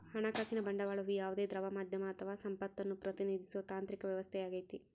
ಹಣಕಾಸಿನ ಬಂಡವಾಳವು ಯಾವುದೇ ದ್ರವ ಮಾಧ್ಯಮ ಅಥವಾ ಸಂಪತ್ತನ್ನು ಪ್ರತಿನಿಧಿಸೋ ಯಾಂತ್ರಿಕ ವ್ಯವಸ್ಥೆಯಾಗೈತಿ